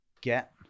get